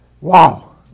wow